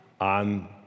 on